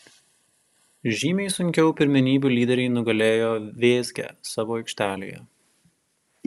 žymiai sunkiau pirmenybių lyderiai nugalėjo vėzgę savo aikštelėje